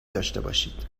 داشتهباشید